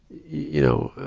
you know,